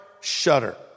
shudder